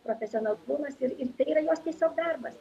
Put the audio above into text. profesionalumas ir ir tai yra jos tiesiog darbas